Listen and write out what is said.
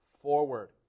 forward